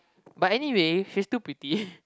but anyway she's still pretty